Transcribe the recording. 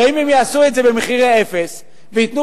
הרי אם הם יעשו את זה במחירי אפס וייתנו